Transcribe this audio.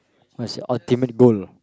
what's your ultimate goal